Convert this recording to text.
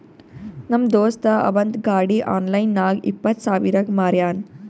ನಮ್ ದೋಸ್ತ ಅವಂದ್ ಗಾಡಿ ಆನ್ಲೈನ್ ನಾಗ್ ಇಪ್ಪತ್ ಸಾವಿರಗ್ ಮಾರ್ಯಾನ್